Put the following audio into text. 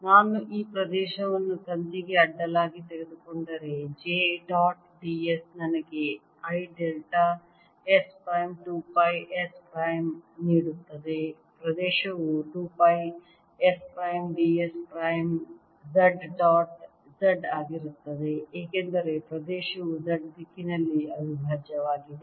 ನಾನು ಈ ಪ್ರದೇಶವನ್ನು ತಂತಿಗೆ ಅಡ್ಡಲಾಗಿ ತೆಗೆದುಕೊಂಡರೆ j ಡಾಟ್ d s ನನಗೆ I delta S prime 2 pi S prime ನೀಡುತ್ತದೆ ಪ್ರದೇಶವು 2 pi S prime d s prime Z dot Z ಆಗಿರುತ್ತದೆ ಏಕೆಂದರೆ ಪ್ರದೇಶವು Z ದಿಕ್ಕಿನಲ್ಲಿ ಅವಿಭಾಜ್ಯವಾಗಿದೆ